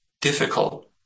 difficult